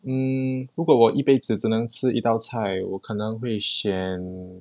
hmm 如果我一辈子只能吃一道菜我可能会选